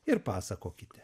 ir pasakokite